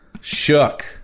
Shook